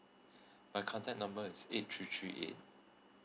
my contact number is eight three three eight